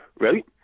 Ready